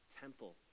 Temple